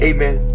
Amen